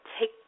take